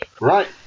Right